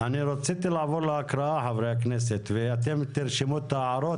רציתי לעבור להקראה ואתם תרשמו את ההערות.